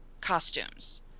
costumes